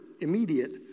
immediate